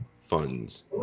funds